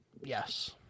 yes